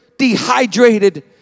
dehydrated